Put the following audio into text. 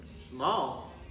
small